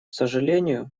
сожалению